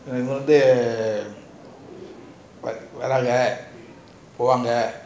இவன் வந்து வராங்க போறாங்க:ivan vanthu varanga poranga